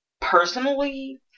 personally